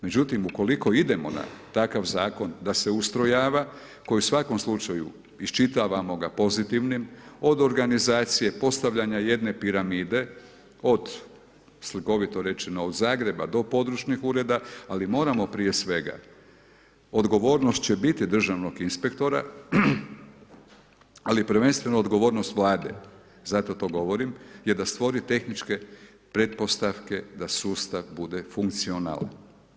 Međutim, ukoliko idemo na takav zakon da se ustrojava koji u svakom slučaju isčitavamo ga pozitivnim od organizacije, postavljanja jedne piramide od slikovito rečeno Zagreba do područnih ureda ali moramo prije svega, odgovornost će biti državnog inspektora ali prvenstveno odgovornost Vlade, zato to govorim je da stvori tehničke pretpostavke da sustav bude funkcionalan.